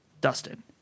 Dustin